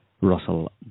Russell